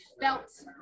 felt